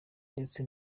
ndetse